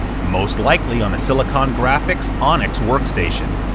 most-likely on a silicon graphics onyx workstation.